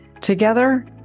Together